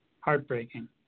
heartbreaking